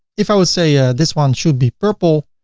if i would say ah this one should be purple,